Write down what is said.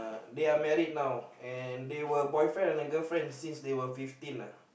they are married now and they were boyfriend and a girlfriend since they were fifteen uh